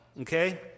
okay